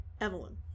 Evelyn